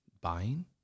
Buying